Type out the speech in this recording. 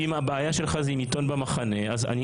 אם הבעיה שלך היא עם עיתון "במחנה" אז אני